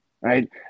right